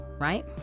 right